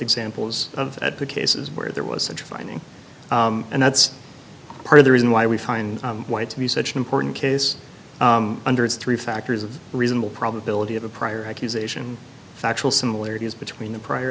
examples of at the cases where there was such a finding and that's part of the reason why we find it to be such an important case under three factors of reasonable probability of a prior accusation factual similarities between the prior